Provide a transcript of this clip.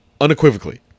unequivocally